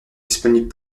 disponibles